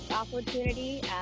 opportunity